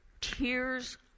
tears